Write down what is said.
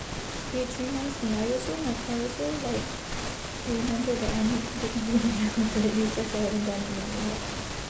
which reminds me I also ma~ I also like remember that I make good it's just I haven't done it in a while